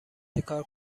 چیکار